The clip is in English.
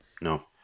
No